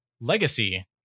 legacy